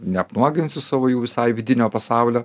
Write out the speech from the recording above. neapnuoginsiu savo jau visai vidinio pasaulio